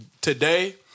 today